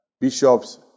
bishops